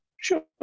Sure